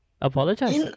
apologize